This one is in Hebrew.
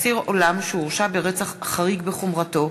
(אסיר עולם שהורשע ברצח חריג בחומרתו),